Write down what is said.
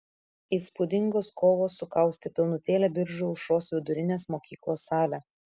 įspūdingos kovos sukaustė pilnutėlę biržų aušros vidurinės mokyklos salę